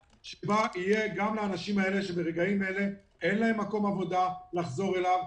שיהיה גם לאנשים האלה שברגעים האלה אין להם מקום עבודה לחזור אליו,